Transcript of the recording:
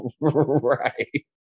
right